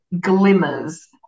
glimmers